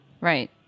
Right